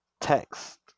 Text